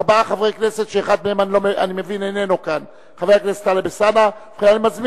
עברה בקריאה ראשונה ותעבור לוועדת הכספים